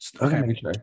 Okay